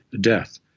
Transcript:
death